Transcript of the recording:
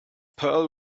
pearl